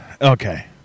Okay